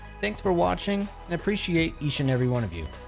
thanks for watching and appreciate each and every one of you.